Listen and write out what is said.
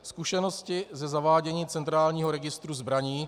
Zkušenosti ze zavádění centrálního registru zbraní